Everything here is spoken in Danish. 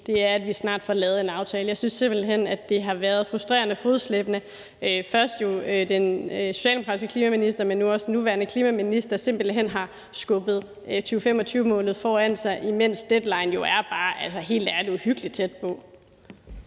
er, at vi snart får lavet en aftale. Jeg synes simpelt hen, at det har været frustrerende fodslæbende. Først den socialdemokratiske klimaminister, men nu også den nuværende klimaminister har simpelt hen skubbet 2025-målet foran sig, imens deadline jo helt ærligt bare er uhyggelig tæt på.